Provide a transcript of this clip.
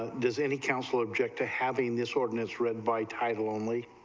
does any council object to having this ordinance read by title only